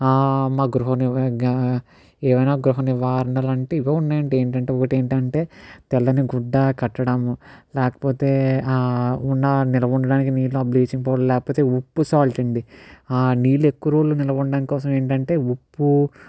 మా గృహ ఏవైనా గృహ నివారణలంటే ఇవే ఉన్నాయండి ఏంటంటే ఒకటి ఏంటంటే తెల్లని గుడ్డ కట్టడం లేకపోతే ఉన్న నిల్వ ఉండటానికి నీటి లోపల బ్లీచింగ్ పౌడర్ లేకపోతే ఉప్పు సాల్ట్ అండి ఆ నీళ్ళు ఎక్కువ రోజులు నిల్వ ఉండటం కోసం ఏంటంటే ఉప్పు